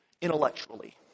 intellectually